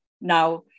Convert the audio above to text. Now